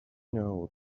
know